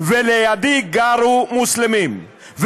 ולידי גרו מוסלמים,